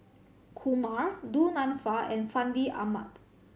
Kumar Du Nanfa and Fandi Ahmad